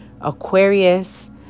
Aquarius